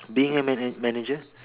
being a manage~ manager